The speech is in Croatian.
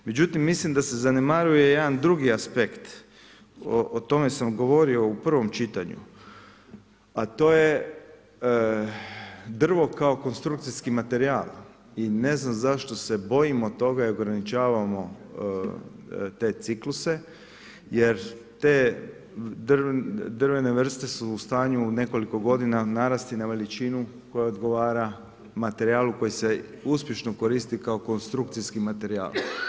Međutim, mislim da se zanemariju jedan drugi aspekt, o tome sam govorio u drugom čitanju, a to je, drvo kao konstrukcijski materijal i ne znam zašto se bojimo toga i ograničavamo te cikluse jer te drvene vrste su u stanju u nekoliko godina narasti na veličinu koja odgovara materijalu koja se uspješno koristi kao konstrukcijski materijal.